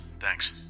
Thanks